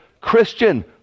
Christian